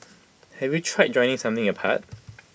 have you tried joining something apart